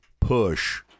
push